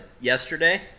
yesterday